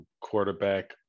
quarterback